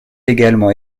également